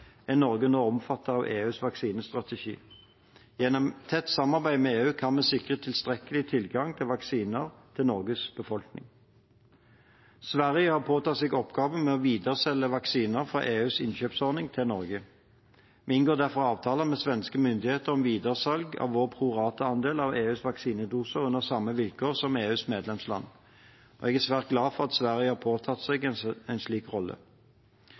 er Norge nå omfattet av EUs vaksinestrategi. Gjennom tett samarbeid med EU kan vi sikre tilstrekkelig tilgang til vaksiner til Norges befolkning. Sverige har påtatt seg oppgaven med å videreselge vaksiner fra EUs innkjøpsordning til Norge. Vi inngår derfor avtaler med svenske myndigheter om videresalg av vår pro rata-andel av EUs vaksinedoser under samme vilkår som EUs medlemsland. Jeg er svært glad for at Sverige har påtatt seg en slik rolle.